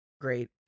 great